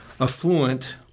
affluent